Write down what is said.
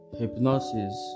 hypnosis